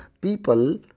people